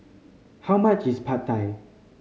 how much is Pad Thai